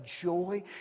joy